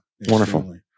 Wonderful